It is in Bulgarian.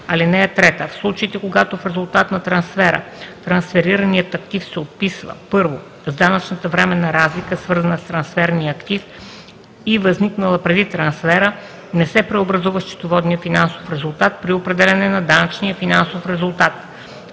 оценки. (3) В случаите, когато в резултат на трансфера трансферираният актив се отписва: 1. с данъчната временна разлика, свързана с трансферирания актив и възникнала преди трансфера, не се преобразува счетоводният финансов резултат при определяне на данъчния финансов резултат